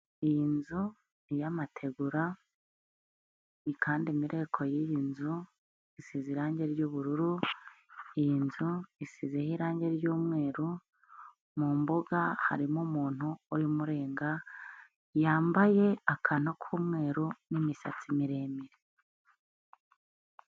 Iyi nzu ni iyamategura, kandi imerereko y'iyi nzu isize irangi ry'ubururu, iyi nzu isizeho irangi ry'umweru, mu mbuga harimo umuntu umurenga, yambaye akantu k'umweru n'imisatsi miremire.